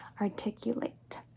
Articulate